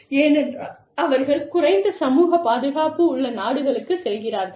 ஏனென்றால் அவர்கள் குறைந்த சமூகப் பாதுகாப்பு உள்ள நாடுகளுக்கு செல்கிறார்கள்